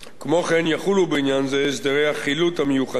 כמו כן יחולו בעניין זה הסדרי החילוט המיוחדים